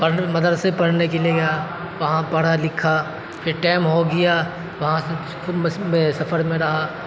تو مدرسے پڑھنے کے لیے گیا وہاں پڑھا لکھا پھر ٹائم ہوگیا وہاں میں سفر میں رہا